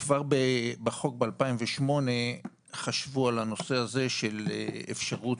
כבר בחוק ב-2008 חשבו על הנושא הזה של אפשרות